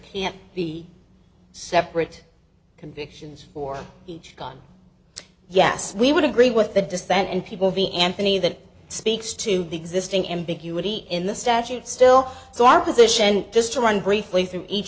can be separate convictions for each gun yes we would agree with the dissent in people v anthony that speaks to the existing ambiguity in the statute still so our position just to run briefly through each